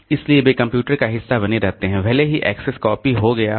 इसलिए वे कंप्यूटर का हिस्सा बने रहते हैं भले ही एक्सेस कॉपी हो गया हो